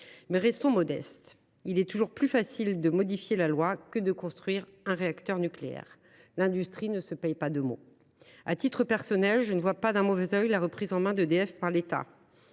Mais restons modestes : il est toujours plus facile de modifier la loi que de construire un réacteur nucléaire. L’industrie ne se paie pas de mots. À titre personnel, je ne vois pas d’un mauvais œil la reprise en main d’EDF par l’État.